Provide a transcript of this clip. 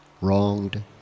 wronged